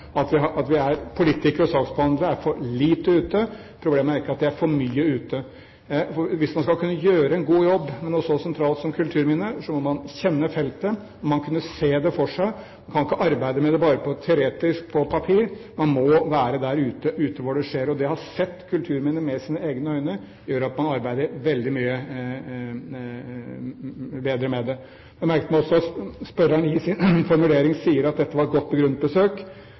at politikere og saksbehandlere er for lite ute. Problemet er ikke at de er for mye ute. Hvis man skal kunne gjøre en god jobb med noe så sentralt som kulturminner, må man kjenne feltet. Man må kunne se det for seg. Man kan ikke arbeide med det bare teoretisk på papir, man må være der ute hvor det skjer. Det å ha sett kulturminner med sine egne øyne gjør at man arbeider veldig mye bedre med det. Jeg merker meg også at spørreren i sin formulering i spørsmålet sier at dette var «et godt begrunnet besøk». Det var et særdeles godt begrunnet besøk,